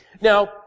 Now